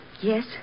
Yes